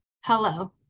hello